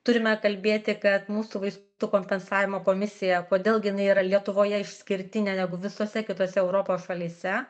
turime kalbėti kad mūsų vaistų kompensavimo komisija kodėl gi jinai yra lietuvoje išskirtinė negu visose kitose europos šalyse